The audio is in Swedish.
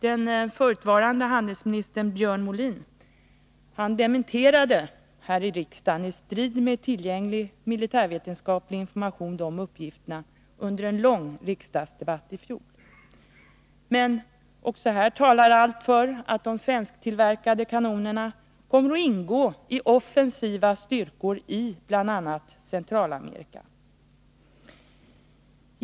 Den förutvarande handelsministern Björn Molin dementerade här i riksdagen, i strid med tillgänglig militärvetenskaplig information, dessa uppgifter under en lång riksdagsdebatt i fjol. Men också här talar allt för att de svensktillverkade kanonerna kommer att ingå i offensiva styrkor i bl.a. Centralamerika.